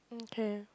okay